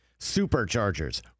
Superchargers